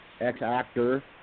ex-actor